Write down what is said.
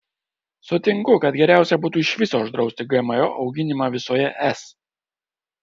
sutinku kad geriausia būtų iš viso uždrausti gmo auginimą visoje es